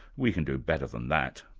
we can do better than that.